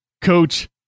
Coach